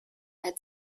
had